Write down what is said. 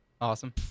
Awesome